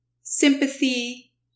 sympathy